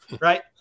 right